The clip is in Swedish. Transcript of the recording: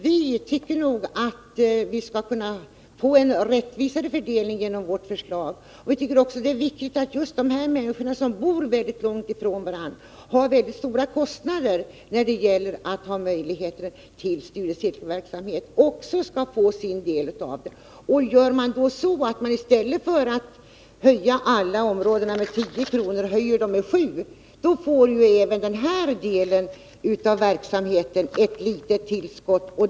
Vi tycker att man skulle få en rättvisare fördelning genom vårt förslag och att det är viktigt att just de människor som bor mycket långt ifrån varandra och får vidkännas stora kostnader för att kunna delta i studiecirkelverksamhet också får sin del av bidragen. Om man i stället för att höja tilläggsbidragen på alla områden med 10 kr. höjer dem med 7 kr., får ju även den här delen av verksamheten ett litet tillskott.